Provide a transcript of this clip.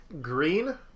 green